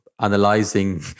analyzing